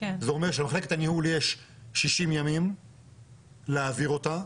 זה אומר שלמחלקת הניהול יש 60 ימים להעביר אותה.